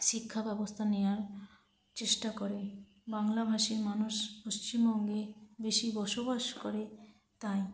শিক্ষাব্যবস্থা নেওয়ার চেষ্টা করে বাংলাভাষী মানুষ পশ্চিমবঙ্গে বেশি বসবাস করে তাই